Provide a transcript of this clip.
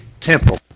temple